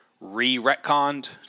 re-retconned